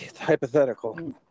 hypothetical